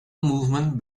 movement